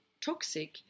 toxic